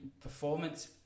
performance